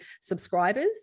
subscribers